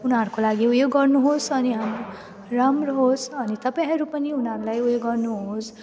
उनीहरूको लागि उयो गर्नुहोस् अनि अब राम्रो होस् अनि तपाईँहरू पनि उनीहरूलाई उयो गर्नुहोस्